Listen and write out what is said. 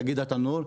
תאגיד התנור,